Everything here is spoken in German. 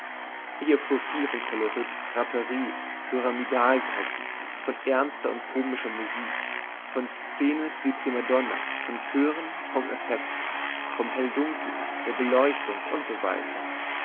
ich erfuhr viel von kolorit draperie pyramidalgruppen von ernster und komischer musik von szenen für die primadonna von chören vom effekt vom helldunkel der beleuchtung usw